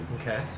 Okay